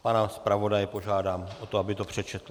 Pana zpravodaje požádám o to, aby to přečetl.